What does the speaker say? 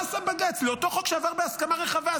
מה עשה בג"ץ לאותו חוק שעבר בהסכמה רחבה?